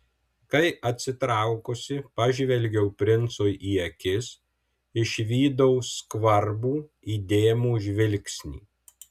kai atsitraukusi pažvelgiau princui į akis išvydau skvarbų įdėmų žvilgsnį